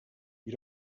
you